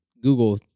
Google